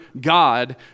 God